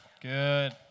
Good